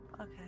Okay